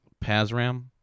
Pazram